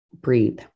Breathe